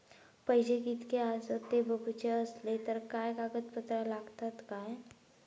पैशे कीतके आसत ते बघुचे असले तर काय कागद पत्रा लागतात काय?